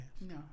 No